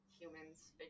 Humans